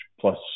plus